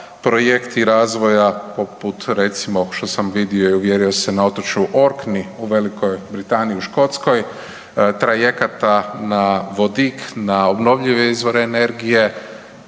projekti razvoja poput recimo, što sam vidio i uvjerio se, na otočju Orkney u Velikoj Britaniji, u Škotskoj. Trajekata na vodik, na obnovljive izvore energije.